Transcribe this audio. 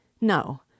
No